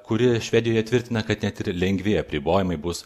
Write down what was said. kuri švedijoje tvirtina kad net ir lengvi apribojimai bus